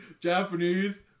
Japanese